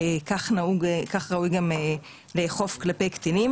כך ראוי לאכוף כלפי קטינים.